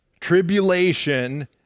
tribulation